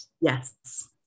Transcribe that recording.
Yes